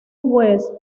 west